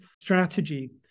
strategy